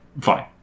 Fine